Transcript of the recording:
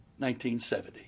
1970